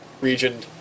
region